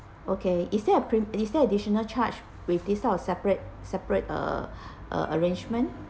okay is there a print is there additional charged with this type of separate separate uh uh arrangement